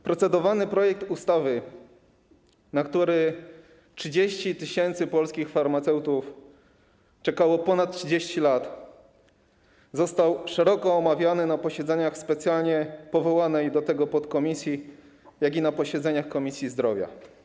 Procedowany projekt ustawy, na który 30 tys. polskich farmaceutów czekało ponad 30 lat, został szeroko omówiony na posiedzeniach specjalnie powołanej do tego celu podkomisji i na posiedzeniach Komisji Zdrowia.